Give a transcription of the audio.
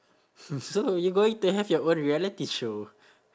so you going to have your own reality show